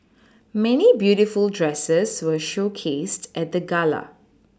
many beautiful dresses were showcased at the gala